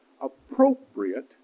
appropriate